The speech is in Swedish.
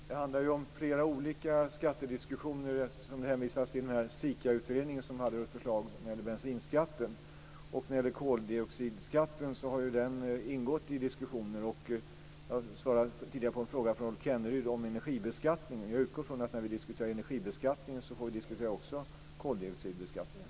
Fru talman! Det handlar ju om flera olika skattediskussioner eftersom det hänvisades till SIKA utredningen som hade förslag när det gäller bensinskatten. Koldioxidskatten har ju ingått i diskussionen. Jag svarade tidigare på en fråga från Rolf Kenneryd om energibeskattningen. Jag utgår ifrån att när vi diskuterar energibeskattningen får vi också diskutera koldioxidbeskattningen.